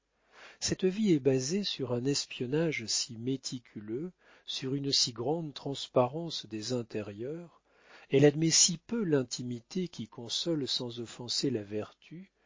cette vie est basée sur un espionnage si méticuleux sur une si grande transparence des intérieurs elle admet si peu l'intimité qui console sans offenser la vertu